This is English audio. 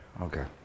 Okay